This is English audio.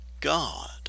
God